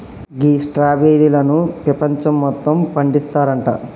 గీ స్ట్రాబెర్రీలను పెపంచం మొత్తం పండిస్తారంట